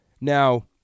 Now